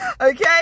Okay